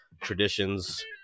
traditions